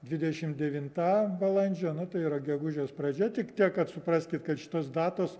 dvidešim devinta balandžio nu tai yra gegužės pradžia tik tiek kad supraskit kad šitos datos